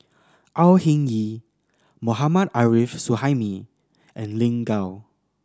Au Hing Yee Mohammad Arif Suhaimi and Lin Gao